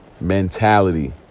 mentality